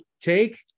take